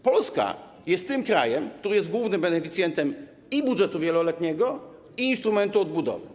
Polska jest tym krajem, który jest głównym beneficjentem i budżetu wieloletniego, i instrumentu odbudowy.